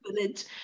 village